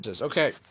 Okay